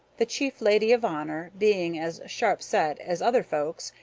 the chief lady of honor, being as sharp set as other folks,